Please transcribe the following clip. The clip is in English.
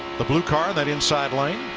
the blue car, that inside lane.